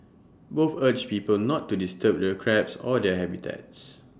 both urged people not to disturb the crabs or their habitats